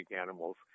animals